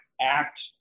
act